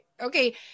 okay